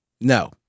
No